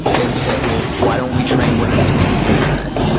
they would say, well, why don't we train what's between the ears then?